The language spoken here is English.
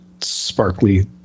sparkly